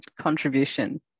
contribution